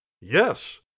Yes